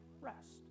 rest